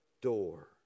door